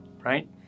right